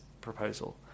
proposal